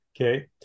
Okay